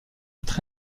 être